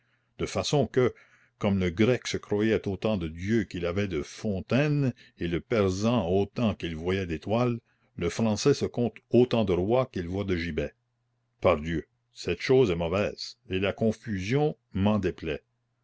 de façon que comme le grec se croyait autant de dieux qu'il avait de fontaines et le persan autant qu'il voyait d'étoiles le français se compte autant de rois qu'il voit de gibets pardieu cette chose est mauvaise et la confusion m'en déplaît